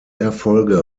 erfolge